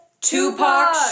Tupac